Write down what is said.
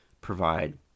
provide